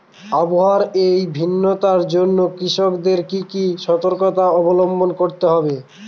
আবহাওয়ার এই ভিন্নতার জন্য কৃষকদের কি কি সর্তকতা অবলম্বন করতে হবে?